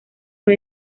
fue